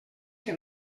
que